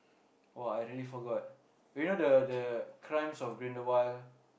oh I really forgot you know the the Crimes-of-Grindelwald